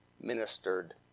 ministered